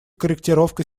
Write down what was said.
корректировка